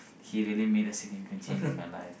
he really made a significant change in my life